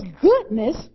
goodness